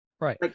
right